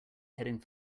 heading